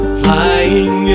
flying